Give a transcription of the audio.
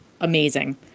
amazing